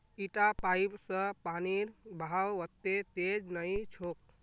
इटा पाइप स पानीर बहाव वत्ते तेज नइ छोक